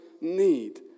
need